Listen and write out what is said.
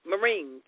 Marines